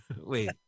Wait